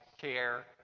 care